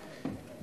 בן-אדם,